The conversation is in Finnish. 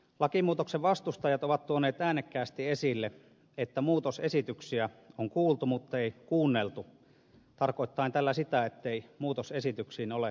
lakimuutoksen vastustajat ovat tuoneet äänekkäästi esille että muutosesityksiä on kuultu muttei kuunneltu tarkoittaen tällä sitä ettei muutosesityksiin ole reagoitu